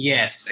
Yes